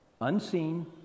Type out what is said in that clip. unseen